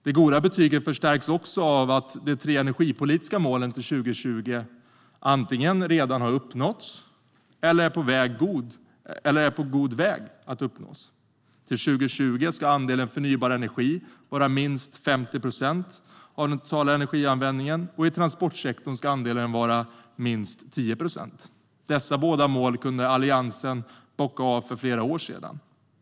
Det goda betyget förstärks av att de tre energipolitiska målen för 2020 antingen redan har uppnåtts eller är på god väg att uppnås. Till 2020 ska andelen förnybar energi vara minst 50 procent av den totala energianvändningen, och i transportsektorn ska andelen vara minst 10 procent. Dessa båda mål kunde Alliansen bocka av för flera år sedan.